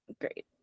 Great